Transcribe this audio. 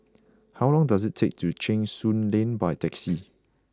how long does it take to Cheng Soon Lane by taxi